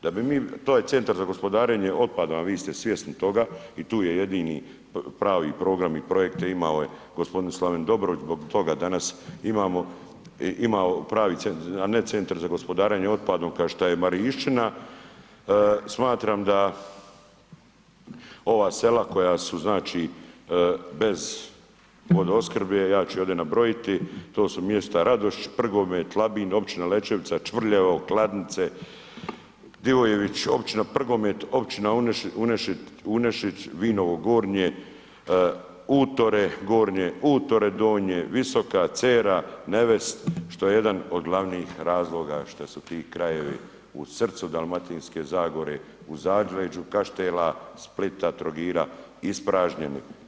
Da bi mi taj centar za gospodarenje otpadom, a vi ste svjesni toga i tu je jedini pravi program i projekte imao je gospodin Slaven Dobrović, zbog toga danas imamo, imao pravi, a ne centar za gospodarenje otpadom kao što je Marinšćina, smatram da ova sela koja su znači bez vodoopskrbe, ja ću iz ovdje nabrojiti to su mjesta Radoš, Prgomet, Labin, općina Lećevica, Čvrljevo, Kladnice, Divuljević, općina Prgomet, općina Unešić, Vinovo Gornje, Utore Gornje, Utore Donje, Visoka, Cera, Nevest, što je jedan od glavnih razloga što su ti krajevi u srcu Dalmatinske zagore, u zaleđu Kaštela, Splita, Trogira ispražnjeni.